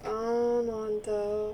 orh no wonder